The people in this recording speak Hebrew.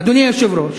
אדוני היושב-ראש,